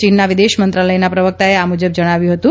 ચીનના વિદેશમંત્રાલયના પ્રવકતાએ આ મુજબ જણાવ્યું હતું